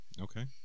Okay